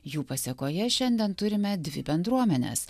jų pasekoje šiandien turime dvi bendruomenes